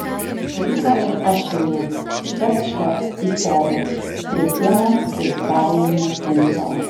rytą ir aš ėjau šlept šlept į porus prie sienos ir perėjimo punkto